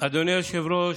אדוני היושב-ראש,